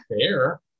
fair